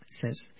says